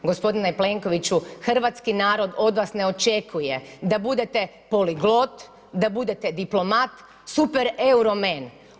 G. Plenkoviću, hrvatski narod od vas ne očekuje da budete poliglot, da budete diplomat, supereuro men.